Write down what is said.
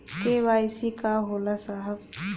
KYC का होला साहब?